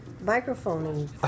microphone